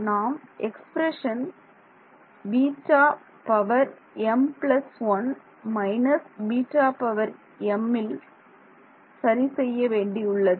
நாம் எக்ஸ்பிரஷன் வில் சரி செய்ய வேண்டியுள்ளது